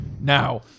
now